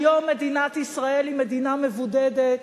היום מדינת ישראל היא מדינה מבודדת.